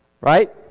Right